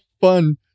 fun